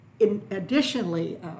additionally